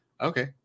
Okay